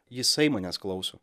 jisai manęs klauso